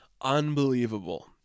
unbelievable